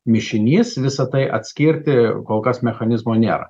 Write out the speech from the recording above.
mišinys visa tai atskirti kol kas mechanizmo nėra